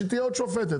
שתהיה עוד שופטת,